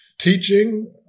teaching